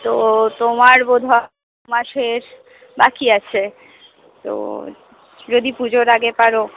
তো তোমার বোধ হয় মাসের বাকি আছে তো যদি পুজোর আগে পারো